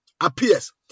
appears